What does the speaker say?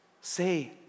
say